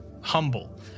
humble